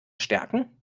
stärken